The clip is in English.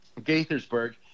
gaithersburg